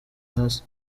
hasi